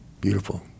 Beautiful